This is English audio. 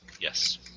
Yes